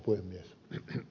arvoisa puhemies